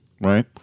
right